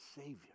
savior